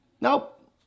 Nope